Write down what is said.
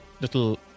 little